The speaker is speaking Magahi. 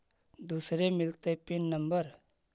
दुसरे मिलतै पिन नम्बर?